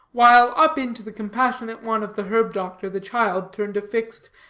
while up into the compassionate one of the herb-doctor the child turned a fixed,